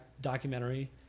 documentary